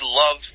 love